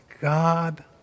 God